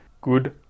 Good